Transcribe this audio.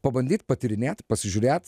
pabandyt patyrinėt pasižiūrėt